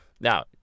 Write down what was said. Now